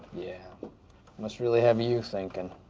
yeah must really have you thinking.